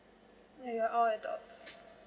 uh ya all adults